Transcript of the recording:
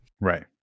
Right